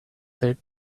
said